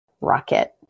rocket